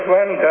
one